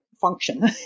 function